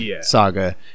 saga